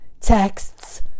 texts